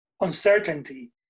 uncertainty